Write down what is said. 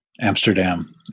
Amsterdam